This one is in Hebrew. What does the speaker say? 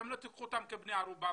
אתם לא תיקחו אותם כבני ערובה,